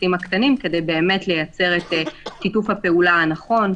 הפרטים הקטנים כדי באמת לייצר את תיקוף הפעולה הנכון.